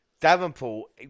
Davenport